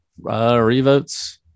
revotes